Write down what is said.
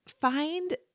Find